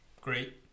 Great